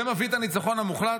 זה מביא את הניצחון המוחלט?